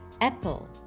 Apple